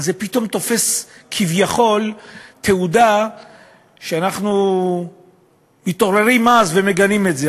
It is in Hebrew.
אבל זה פתאום תופס כביכול תהודה שאנחנו מתעוררים אז ומגנים את זה.